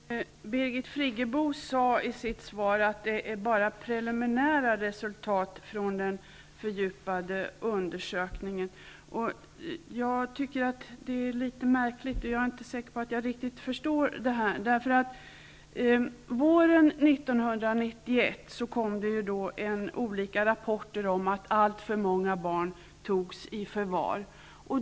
Herr talman! Birgit Friggebo sade i sitt svar att det bara är preliminära resultat från den fördjupade undersökningen som föreligger. Jag tycker att det är litet märkligt. Jag är inte säker på att jag riktigt föstår detta. Våren 1991 kom det olika rapporter om att alltför många barn togs i förvar.